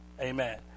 Amen